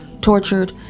tortured